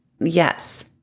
yes